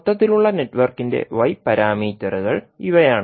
മൊത്തത്തിലുള്ള നെറ്റ്വർക്കിന്റെ y പാരാമീറ്ററുകൾ ഇവയാണ്